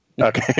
Okay